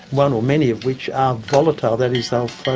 one or many of which are volatile, that is they'll ah